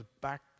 back